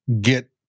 get